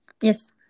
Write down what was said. Yes